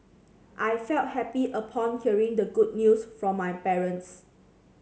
I felt happy upon hearing the good news from my parents